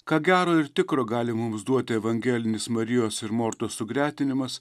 ką gero ir tikro gali mums duoti evangelinis marijos ir mortos sugretinimas